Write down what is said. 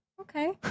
Okay